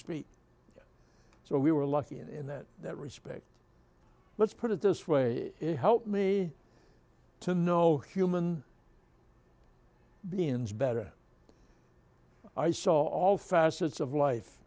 speak so we were lucky in that respect let's put it this way it helped me to no human beings better i saw all facets of life